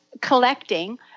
collecting